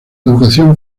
educación